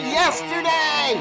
yesterday